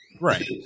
Right